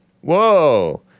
Whoa